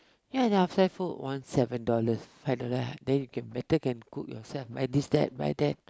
ya they have sell food one seven dollars five dollar then you can better can cook yourself buy this that buy that